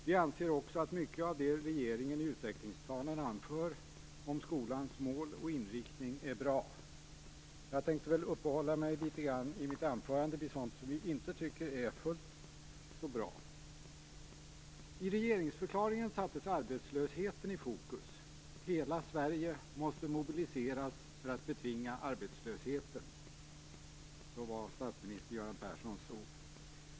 Vi anser också att mycket av det som regeringen i utvecklingsplanen anför om skolans mål och inriktning är bra. Jag tänkte i mitt anförande uppehålla mig litet grand vid sådant som vi inte tycker är fullt så bra. I regeringsförklaringen sattes arbetslösheten i fokus: "Hela Sverige måste mobiliseras för att betvinga arbetslösheten." Det var Göran Perssons ord.